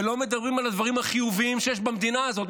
ולא מדברים על הדברים החיוביים שיש במדינה הזאת.